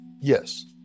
yes